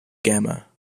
gama